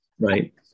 Right